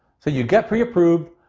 so you get pre-approved,